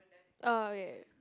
uh okay